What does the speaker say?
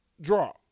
draw